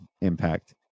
impact